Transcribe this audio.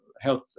health